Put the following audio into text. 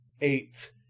eight